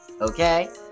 Okay